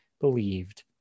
believed